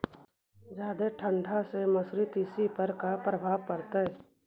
जादा ठंडा से मसुरी, तिसी पर का परभाव पड़तै?